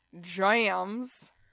jams